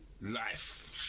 Life